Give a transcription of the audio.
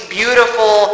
beautiful